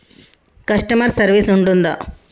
Customer service ఉంటుందా?